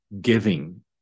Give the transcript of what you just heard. giving